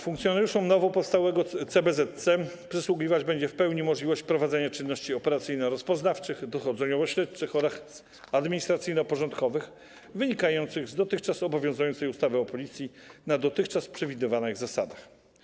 Funkcjonariuszom nowopowstałego CBZC przysługiwać będzie w pełni możliwość prowadzenia czynności operacyjno-rozpoznawczych, dochodzeniowo-śledczych oraz administracyjno-porządkowych wynikających z dotychczas obowiązującej ustawy o Policji na dotychczas przewidywanych zasadach.